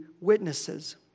witnesses